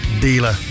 Dealer